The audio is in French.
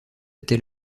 tel